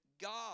God